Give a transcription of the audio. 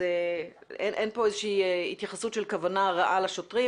אנחנו לא מייחסים כוונה רעה לשוטרים,